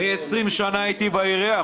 20 שנה הייתי בעירייה,